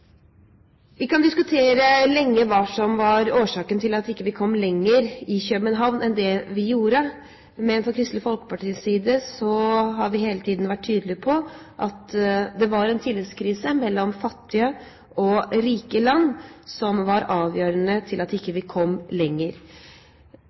Vi kan diskutere lenge hva som var årsaken til at vi ikke kom lenger i København enn det vi gjorde, men fra Kristelig Folkepartis side har vi hele tiden vært tydelige på at det var en tillitskrise mellom fattige og rike land som var avgjørende for at vi ikke